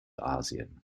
asien